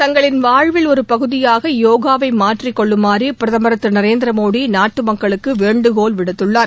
தங்களின் வாழ்வில் ஒரு பகுதியாக யோகாவை மாற்றிக் கொள்ளுமாறு பிரதமர் திரு நரேந்திர மோடி நாட்டு மக்களுக்கு வேண்டுகோள் விடுத்துள்ளார்